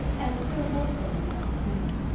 and still more so in the afternoon.